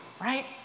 right